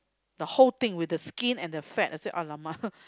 the whole thing with the skin and the fat I say !alamak!